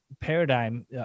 paradigm